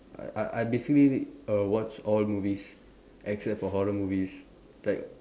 I I I basically err watch all movies except for horror movies like